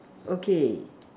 okay